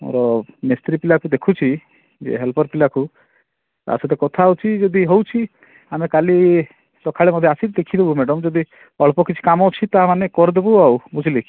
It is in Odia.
ଆମର ମିସ୍ତ୍ରୀ ପିଲାକୁ ଦେଖୁଛି ଯେ ହେଲପର୍ ପିଲାକୁ ତା'ସହିତ କଥା ହେଉଛି ଯଦି ହେଉଛି ଆମେ କାଲି ସକାଳେ ମଧ୍ୟ ଆସିକି ଦେଖି ଦେବୁ ମ୍ୟାଡ଼ାମ୍ ଯଦି ଅଳ୍ପ କିଛି କାମ ଅଛି ତା'ମାନେ କରିଦେବୁ ଆଉ ବୁଝିଲେ କି